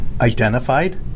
identified